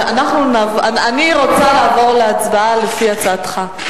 אני רוצה לעבור להצבעה לפי הצעתך.